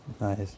Nice